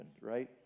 right